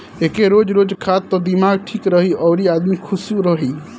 एके रोज रोज खा त दिमाग ठीक रही अउरी आदमी खुशो रही